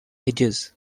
edges